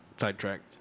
sidetracked